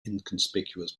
inconspicuous